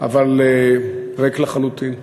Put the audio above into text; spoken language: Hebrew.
אבל ריק לחלוטין.